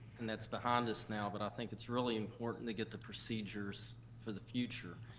and that's behind us now, but i think it's really important to get the procedures for the future.